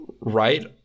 right